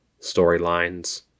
storylines